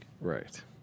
Right